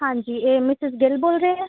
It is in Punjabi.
ਹਾਂਜੀ ਇਹ ਮਿਸਜ ਗਿਲ ਬੋਲ ਰਹੇ ਆ